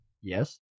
yes